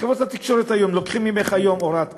חברת התקשורת היום, לוקחים ממך היום הוראת קבע.